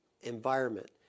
environment